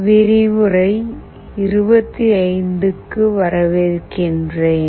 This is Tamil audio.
விரிவுரை 25 க்கு வரவேற்கிறேன்